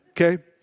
okay